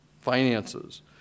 finances